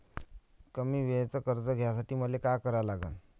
कमी वेळेचं कर्ज घ्यासाठी मले का करा लागन?